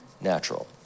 natural